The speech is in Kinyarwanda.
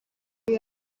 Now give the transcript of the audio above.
kuba